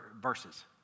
verses